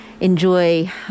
enjoy